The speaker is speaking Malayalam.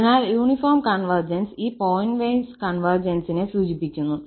അതിനാൽ യൂണിഫോം കൺവെർജൻസ് ഈ പോയിന്റ് വൈസ് കൺവെർജൻസിനെ സൂചിപ്പിക്കുന്നു